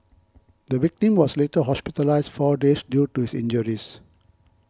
the victim was later hospitalised four days due to his injuries